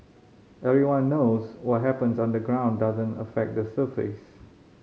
everyone knows what happens underground doesn't affect the surface